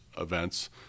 events